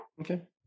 Okay